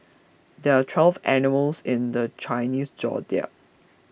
there are twelve animals in the Chinese zodiac